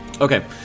Okay